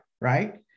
right